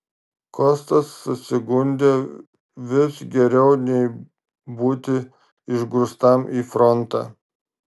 kostas susigundė vis geriau nei būti išgrūstam į frontą